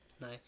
nice